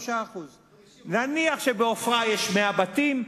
נניח שבעופרה יש 100 בתים,